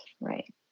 Right